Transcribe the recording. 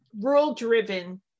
rule-driven